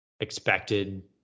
expected